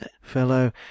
fellow